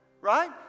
right